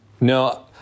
No